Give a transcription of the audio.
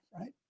right